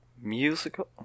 Musical